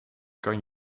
kan